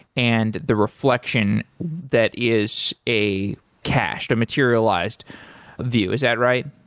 and the reflection that is a cached, a materialized view. is that right?